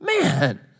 Man